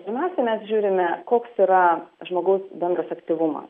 pirmiausia mes žiūrime koks yra žmogaus bendras aktyvumas